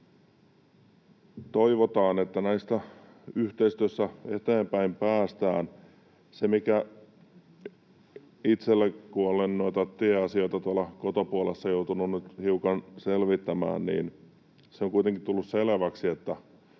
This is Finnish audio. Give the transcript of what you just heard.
Toivotaan, että näistä yhteistyössä eteenpäin päästään. Itselleni, kun olen noita tieasioita tuolla kotopuolessa joutunut hiukan selvittämään, se on kuitenkin tullut selväksi, että